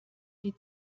die